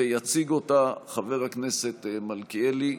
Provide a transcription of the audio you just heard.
ויציג אותה חבר הכנסת מלכיאלי.